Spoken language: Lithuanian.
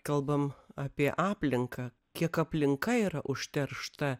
kalbam apie aplinką kiek aplinka yra užteršta